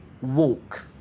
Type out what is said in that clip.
walk